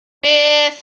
beth